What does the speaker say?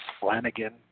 Flanagan